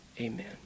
Amen